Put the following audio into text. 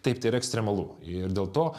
taip tai yra ekstremalu ir dėl to